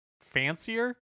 fancier